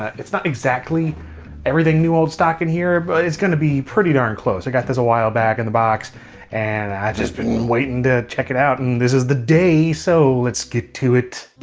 it's not exactly everything new old stock in here but it's gonna be pretty darn close. i got this a while back in the box and i've just been waiting to check it out and this is the day so let's get to it.